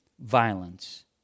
violence